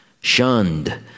shunned